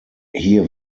hier